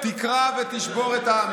תקרע ותשבור את העם.